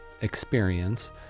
experience